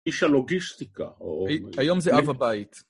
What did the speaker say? איש הלוגיסטיקה, או... היום זה אב הבית.